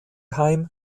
heim